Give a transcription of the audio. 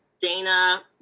Dana